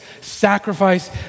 sacrifice